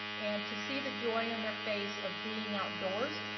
and to see the joy in their face of being outdoors.